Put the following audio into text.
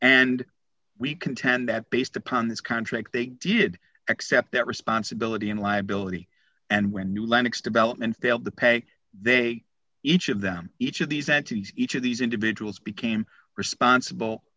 and we contend that based upon this contract they did accept that responsibility and liability and when you lennox development failed to pay they each of them each of these entities each of these individuals became responsible